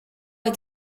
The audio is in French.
est